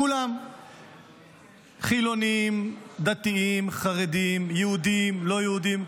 כולם חילונים, דתיים, חרדים, יהודים, לא יהודים.